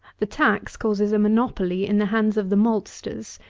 the tax causes a monopoly in the hands of the maltsters,